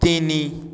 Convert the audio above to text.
ତିନି